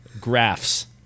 graphs